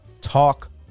Talk